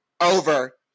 over